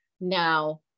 now